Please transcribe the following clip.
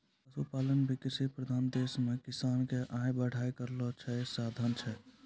पशुपालन भी कृषि प्रधान देशो म किसान क आय बढ़ाय केरो अच्छा साधन छै